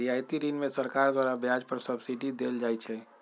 रियायती ऋण में सरकार द्वारा ब्याज पर सब्सिडी देल जाइ छइ